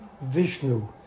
Vishnu